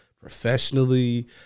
professionally